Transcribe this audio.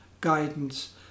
guidance